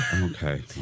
okay